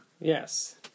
Yes